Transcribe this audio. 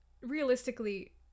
realistically